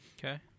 Okay